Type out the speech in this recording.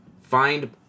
find